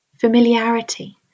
familiarity